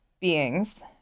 beings